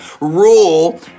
rule